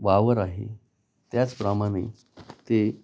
वावर आहे त्याचप्रमाणे ते